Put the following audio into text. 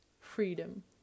freedom